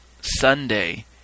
Sunday